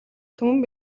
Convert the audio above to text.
түмэн